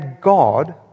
God